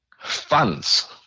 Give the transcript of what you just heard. Funds